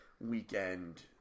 weekend